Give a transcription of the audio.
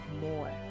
more